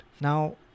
Now